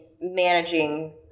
managing